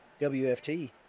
WFT